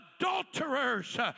adulterers